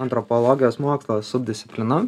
antropologijos mokslo subdisciplina